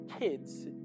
kids